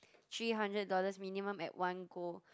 three hundred dollars minimum at one go